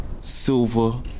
Silver